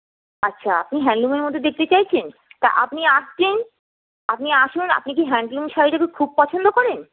আচ্ছা আপনি হ্যান্ডলুমের মধ্যে দেখতে চাইছেন তা আপনি আসলেন আপনি আসুন আপনি কি হ্যান্ডলুমের শাড়ি কি খুব পছন্দ করেন